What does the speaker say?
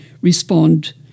respond